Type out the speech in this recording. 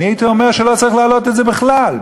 הייתי אומר שלא צריך להעלות את זה בכלל.